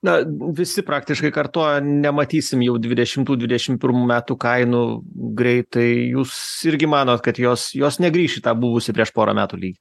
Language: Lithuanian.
na visi praktiškai kartoja nematysim jau dvidešimtų dvidešim pirmų metų kainų greitai jūs irgi manot kad jos jos negrįš į tą buvusį prieš porą metų lygį